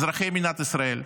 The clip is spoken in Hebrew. אזרחי מדינת ישראל,